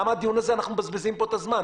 למה אנחנו מבזבזים את הזמן?